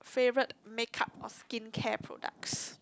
favourite make up or skincare products